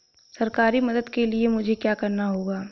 सरकारी मदद के लिए मुझे क्या करना होगा?